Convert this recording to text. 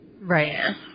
Right